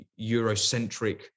Eurocentric